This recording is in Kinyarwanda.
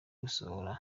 gusohora